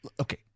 Okay